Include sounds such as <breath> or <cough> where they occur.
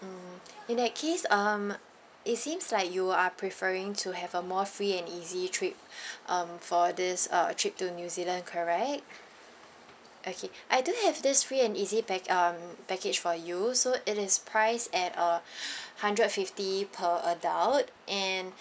mm in that case uh it seems like you are preferring to have a more free and easy trip <breath> um for this uh trip to new zealand correct okay I do have this free and easy pack~ uh package for you also it is price at uh <breath> hundred fifty per adult and